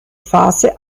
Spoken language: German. phase